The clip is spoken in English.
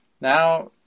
Now